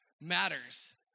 matters